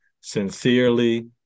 Sincerely